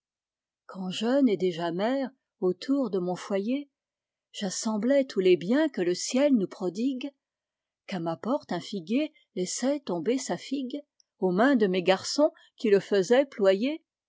quand jeune et déjà mère autour de mon foyer j'assemblais tous les biens que le ciel nous prodigue qu'à ma porte un figuier laissait tomber sa figue aux mains de mes garçons qui le faisaient ployer